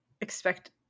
expect